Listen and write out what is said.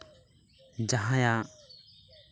ᱡᱟᱦᱟᱸᱭᱟᱜ